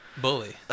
bully